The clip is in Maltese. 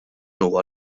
huwa